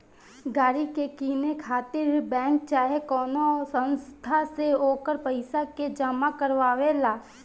गाड़ी के किने खातिर बैंक चाहे कवनो संस्था से ओकर पइसा के जामा करवावे ला